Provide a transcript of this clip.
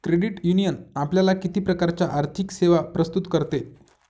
Credit union आपल्याला किती प्रकारच्या आर्थिक सेवा प्रस्तुत करते?